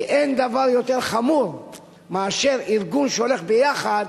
כי אין דבר יותר חמור מאשר ארגון שהולך ביחד